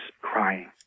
crying